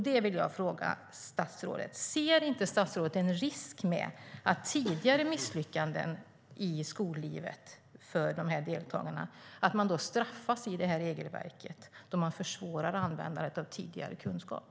Det vill jag fråga statsrådet om. Ser inte statsrådet en risk att deltagare med tidigare misslyckanden i skollivet straffas i det nya regelverket, då man försvårar användandet av tidigare kunskap?